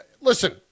listen